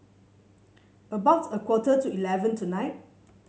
about a quarter to eleven tonight